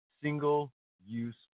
single-use